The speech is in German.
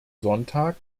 sonntag